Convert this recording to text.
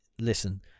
listen